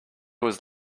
was